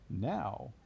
now